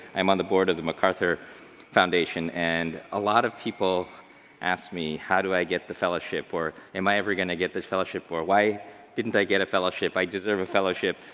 i'm on the board of the macarthur foundation and a lot of people ask me how do i get the fellowship or am i ever gonna get the fellowship or why didn't i get a fellowship, i deserve a fellowship,